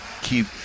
keep